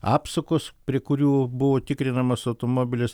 apsukos prie kurių buvo tikrinamas automobilis